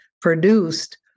produced